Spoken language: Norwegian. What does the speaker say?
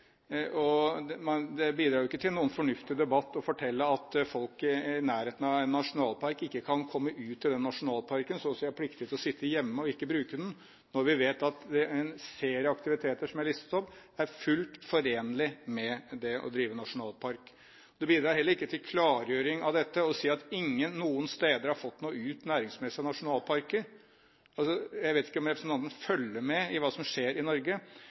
Det bidrar ikke til noen fornuftig debatt å fortelle at folk i nærheten av en nasjonalpark ikke kan komme ut til den nasjonalparken, slik at de er pliktige til å sitte hjemme og ikke bruke den, når vi vet at en serie aktiviteter som er listet opp, er fullt forenlige med det å drive en nasjonalpark. Det bidrar heller ikke til klargjøring av dette å si at ingen, noen steder, har fått noe næringsmessig ut av nasjonalparker. Jeg vet ikke om representanten følger med i hva som skjer i Norge.